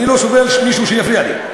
אני לא סובל שמישהו יפריע לי.